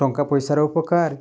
ଟଙ୍କା ପଇସାର ଉପକାର